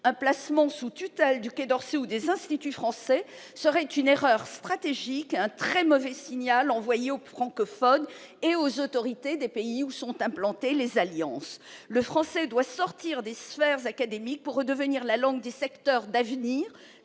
Un placement sous tutelle du Quai d'Orsay ou des instituts français serait une erreur stratégique et un très mauvais signal envoyé aux francophones et aux autorités des pays où sont implantées les alliances. Le français doit sortir des sphères académiques pour redevenir la langue des secteurs d'avenir,